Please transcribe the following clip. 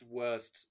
worst